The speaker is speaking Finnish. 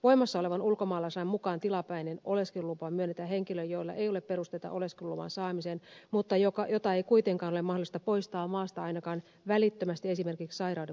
voimassa olevan ulkomaalaislain mukaan tilapäinen oleskelulupa myönnetään henkilölle jolla ei ole perusteita oleskeluluvan saamiseen mutta jota ei kuitenkaan ole mahdollista poistaa maasta ainakaan välittömästi esimerkiksi sairauden vuoksi